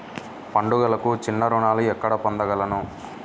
పండుగలకు చిన్న రుణాలు ఎక్కడ పొందగలను?